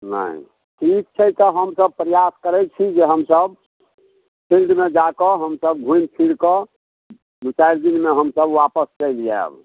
नहि ठीक छै तऽ हमसब प्रयास करै छी जे हमसब फिल्डमे जाकऽ हमसब घुमि फिरिकऽ दु चारि दिनमे हमसब वापस चलि आयब